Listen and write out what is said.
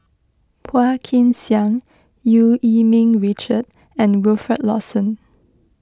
Phua Kin Siang Eu Yee Ming Richard and Wilfed Lawson